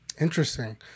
Interesting